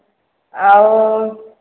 ଆଉ